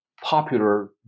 popular